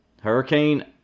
hurricane